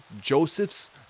Joseph's